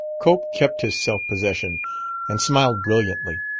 cope kept his self-possession and smiled brilliantly.